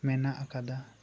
ᱢᱮᱱᱟᱜ ᱟᱠᱟᱫᱟ